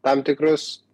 tam tikrus